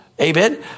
Amen